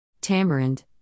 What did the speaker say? Tamarind